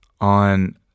on